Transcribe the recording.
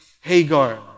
Hagar